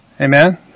Amen